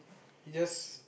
you just